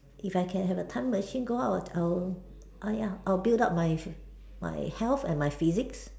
if I can have a time machine go out I will I will ah ya I will build up my my health and my physics